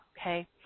okay